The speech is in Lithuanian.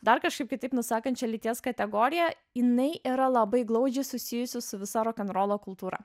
dar kažkaip kitaip nusakančia lyties kategoriją jinai yra labai glaudžiai susijusi su visa rokenrolo kultūra